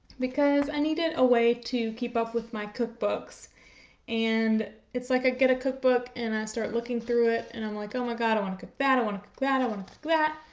because i needed a way to keep up with my cookbooks and it's like i ah get a cookbook and i start looking through it and i'm like oh my god i want to cook that, i want to cook that, i want to cook that,